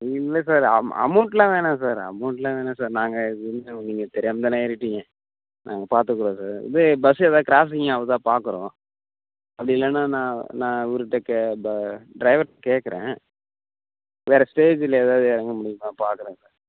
இல்லை சார் அம் அமௌண்ட்லாம் வேணாம் சார் அமௌண்ட்லாம் வேணாம் சார் நாங்கள் தெரிஞ்சவங்க நீங்கள் தெரியாமல் தானே ஏறிவிட்டீங்க நாங்கள் பார்த்துக்குறோம் சார் இது பஸ் ஏதாவது கிராஸிங் ஆகுதா பார்க்குறோம் அப்படி இல்லைன்னா நான் நான் இவருகிட்ட கே பா டிரைவர்கிட்ட கேட்குறேன் வேறு ஸ்டேஜில் ஏதாவது இறங்க முடியுமான்னு பார்க்குறேன் சார்